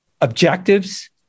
objectives